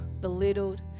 belittled